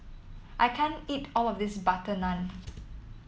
I can't eat all of this butter naan